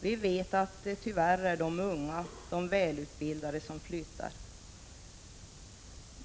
Vi vet att det tyvärr är de unga och välutbildade som flyttar.